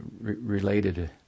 related